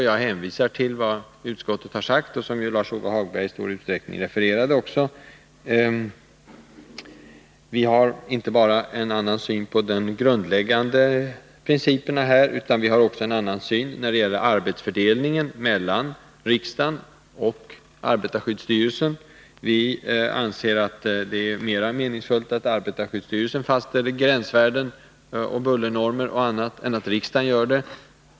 Jag hänvisar till vad utskottet har sagt, vilket Lars-Ove Hagberg i stor utsträckning också har refererat. Vi har en annan syn inte bara på de grundläggande principerna utan också på arbetsfördelningen mellan riksdagen och arbetarskyddsstyrelsen. Vi anser att det är mera meningsfullt att arbetarskyddsstyrelsen fastställer gränsvärden, bullernormer och annat än att riksdagen gör det.